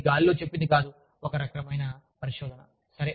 కాబట్టి ఇది గాలిలో చెప్పిందికాదు ఒక రకమైన పరిశోధన